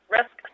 risk